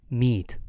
meat